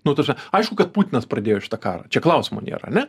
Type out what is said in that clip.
nu ta sme aišku kad putinas pradėjo šitą karą čia klausimo nėra ane